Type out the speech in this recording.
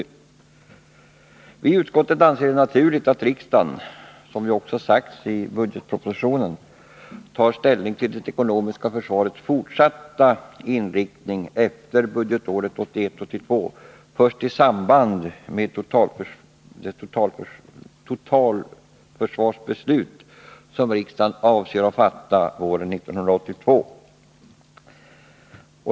Vi i försvarsutskottet anser det naturligt att riksdagen, som det också har sagts i budgetpropositionen, tar ställning till det ekonomiska försvarets fortsatta inriktning efter budgetåret 1981/82 först i samband med det totalförsvarsbeslut som riksdagen avser att fatta våren 1982.